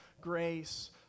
grace